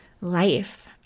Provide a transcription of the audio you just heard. life